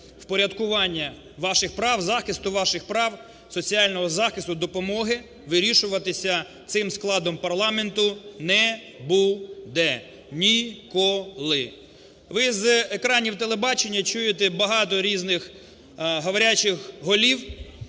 впорядкування ваших прав, захисту ваших прав, соціального захисту, допомоги вирішуватися цим складом парламенту не буде ніколи. Ви з екранів телебачення чуєте багато різних "говорящих голів",